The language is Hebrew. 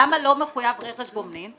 למה לא מחויב ברכש גומלין?